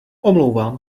omlouvám